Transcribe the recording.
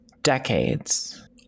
decades